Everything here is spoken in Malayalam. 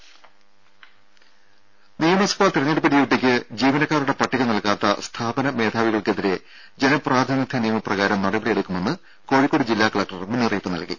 ദേദ നിയമസഭാ തിരഞ്ഞെടുപ്പ് ഡ്യൂട്ടിക്ക് ജീവനക്കാരുടെ പട്ടിക നൽകാത്ത സ്ഥാപന മേധാവികൾക്കെതിരെ ജനപ്രാതിനിധ്യ നിയമ പ്രകാരം നടപടിയെടുക്കുമെന്ന് കോഴിക്കോട് ജില്ലാ കലക്ടർ മുന്നറിയിപ്പ് നൽകി